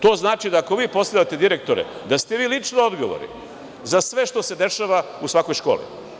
To znači da, ako vi postavljate direktore, da ste vi lično odgovorni za sve što se dešava u svakoj školi.